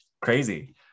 crazy